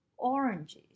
oranges